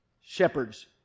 shepherds